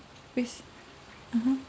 with (uh huh)